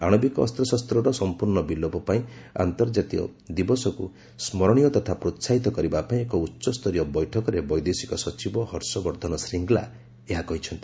ଆଣିବିକ ଅସ୍ତ୍ରଶସ୍ତର ସମ୍ପର୍ଶ୍ଣ ବିଲୋପ ପାଇଁ ଆନ୍ତର୍ଜାତୀୟ ଦିବସକୁ ସ୍କରଣୀୟ ତଥା ପ୍ରୋସାହିତ କରିବା ପାଇଁ ଏକ ଉଚ୍ଚସ୍ତରୀୟ ବୈଠକରେ ବୈଦେଶିକ ସଚିବ ହର୍ଷବର୍ଦ୍ଧନ ଶ୍ରୀଙ୍ଗଲା ଏହା କହିଚ୍ଚନ୍ତି